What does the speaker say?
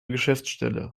geschäftsstelle